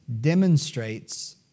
demonstrates